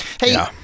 Hey